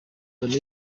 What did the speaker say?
dani